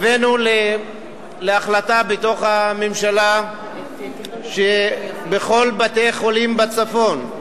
הבאנו להחלטה בממשלה שבכל בתי-החולים בצפון,